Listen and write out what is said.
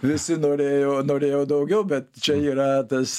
visi norėjo norėjo daugiau bet čia yra tas